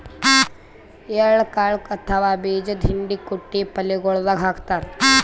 ಎಳ್ಳ ಕಾಳ್ ಅಥವಾ ಬೀಜದ್ದು ಹಿಂಡಿ ಕುಟ್ಟಿ ಪಲ್ಯಗೊಳ್ ದಾಗ್ ಹಾಕ್ತಾರ್